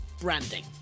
branding